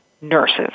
nurses